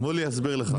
מי אתה?